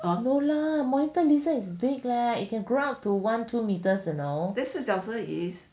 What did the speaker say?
no lah monitor lizard is big leh you can grow up to one two meters you know